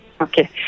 Okay